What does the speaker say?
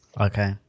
Okay